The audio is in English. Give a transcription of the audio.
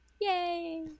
Yay